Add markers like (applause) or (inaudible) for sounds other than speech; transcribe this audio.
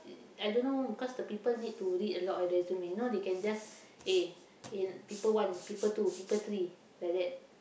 (noise) I don't know because the people need to read a lot of resume you know they can just eh eh people one people two people three like that